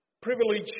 Privilege